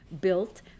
built